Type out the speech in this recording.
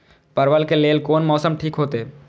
परवल के लेल कोन मौसम ठीक होते?